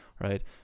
right